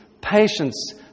patience